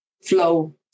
flow